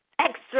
extra